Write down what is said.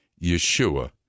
Yeshua